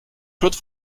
claude